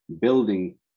Building